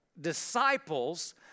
disciples